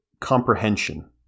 comprehension